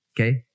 Okay